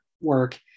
work